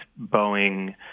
Boeing